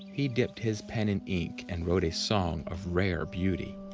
he dipped his pen in ink and wrote a song of rare beauty.